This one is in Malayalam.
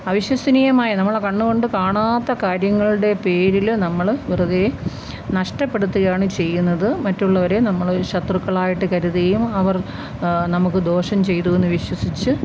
അവശ്വസനീയമായ നമ്മളെ കണ്ണുകൊണ്ട് കാണാത്ത കാര്യങ്ങളുടെ പേരില് നമ്മള് വെറുതെ നഷ്ടപ്പെടുത്തുകയാണ് ചെയ്യുന്നത് മറ്റുള്ളവരെ നമ്മളൊരു ശത്രുക്കളായിട്ട് കരുതുകയും അവർ നമുക്ക് ദോഷം ചെയ്ത് എന്ന് വിശ്വസിച്ച്